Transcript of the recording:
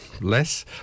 less